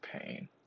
pain